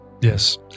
Yes